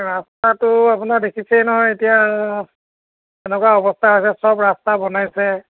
ৰাস্তাটো আপোনাৰ দেখিছেই নহয় এতিয়া এনেকুৱা অৱস্থা আছে চব ৰাস্তা বনাইছে